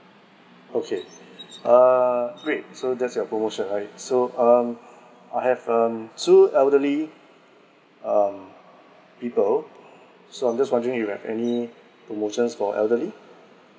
okay err great so that's your promotion right so um I have um two elderly um people so I'm just wondering if you have any promotions for elderly